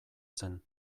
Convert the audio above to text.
zen